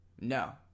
No